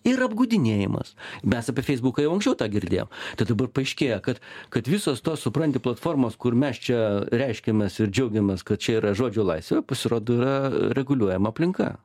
ir apgaudinėjimas mes apie feisbuką jau anksčiau tą girdėjom tai dabar paaiškėja kad kad visos tos supranti platformos kur mes čia reiškiamės ir džiaugiamės kad čia yra žodžio laisvė pasirodo yra reguliuojama aplinka